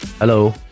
Hello